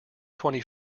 twenty